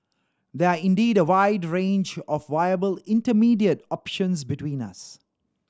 there are indeed a wide range of viable intermediate options between us